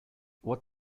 what